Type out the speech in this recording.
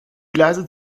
gleise